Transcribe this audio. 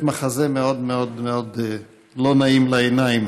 מחזה מאוד מאוד מאוד לא נעים לעיניים,